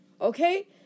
Okay